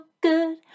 good